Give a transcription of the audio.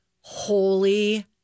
holy